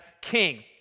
King